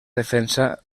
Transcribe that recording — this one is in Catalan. defensa